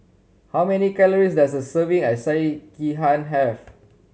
how many calories does a serving of Sekihan have